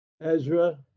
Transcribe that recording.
Ezra